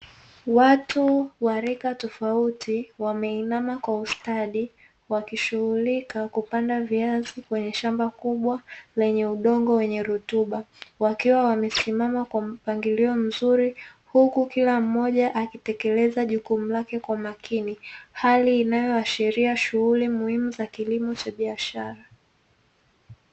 Watu wa rika tofauti wameinama kwa ustadi wakishughulika kupanda viazi kwenye shamba kubwa lenye udongo wenye rutuba, wakiwa wamesimama kwa mpangilio mzuri huku kila mmoja akitekeleza jukumu lake kwa umakini. Hali inayoashiria shughuli muhimu za kilimo cha biashara.